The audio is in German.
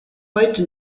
heute